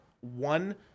one